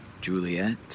Juliet